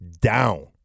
down